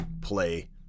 play